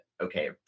okay